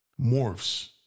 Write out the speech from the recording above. morphs